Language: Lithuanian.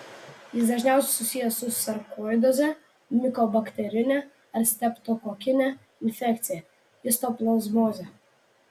jis dažniausiai susijęs su sarkoidoze mikobakterine ar streptokokine infekcija histoplazmoze